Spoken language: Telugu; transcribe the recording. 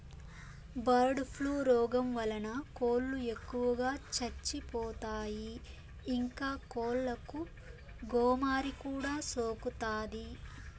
బర్డ్ ఫ్లూ రోగం వలన కోళ్ళు ఎక్కువగా చచ్చిపోతాయి, ఇంకా కోళ్ళకు గోమారి కూడా సోకుతాది